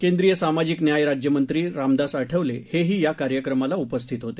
केंद्रीय सामाजिक न्याय राज्यमंत्री रामदास आठवले हेही या कार्यक्रमाला उपस्थित होते